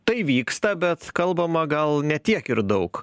tai vyksta bet kalbama gal ne tiek ir daug